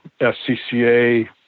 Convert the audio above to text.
SCCA